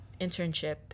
internship